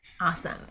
Awesome